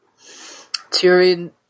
Tyrion